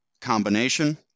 combination